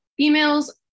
Emails